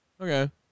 Okay